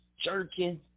jerking